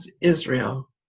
Israel